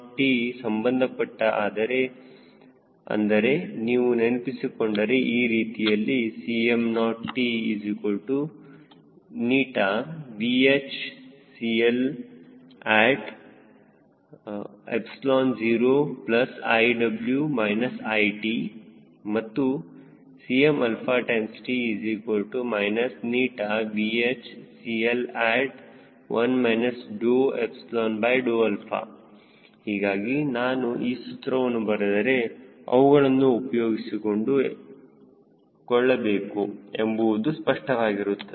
t ಸಂಬಂಧಪಟ್ಟ ಆದರೆ ಅಂದರೆ ನೀವು ನೆನಪಿಸಿಕೊಂಡರೆ ಈ ರೀತಿಯಲ್ಲಿ CmotVHCLt0iw it ಮತ್ತು Cmt VHCLt1 ಹೀಗಾಗಿ ನಾನು ಈ ಸೂತ್ರವನ್ನು ಬರೆದರೆ ಅವುಗಳನ್ನು ಉಪಯೋಗಿಸಿಕೊಳ್ಳಬೇಕು ಎಂಬುವುದು ಸ್ಪಷ್ಟವಾಗಿರುತ್ತದೆ